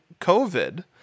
COVID